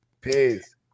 Peace